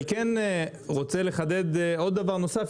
אני רוצה לחדד דבר נוסף,